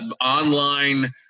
online